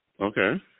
Okay